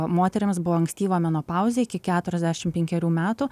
moterims buvo ankstyva menopauzė iki keturiasdešimt penkerių metų